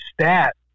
stat